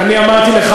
אמרתי לך,